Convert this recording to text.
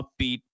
upbeat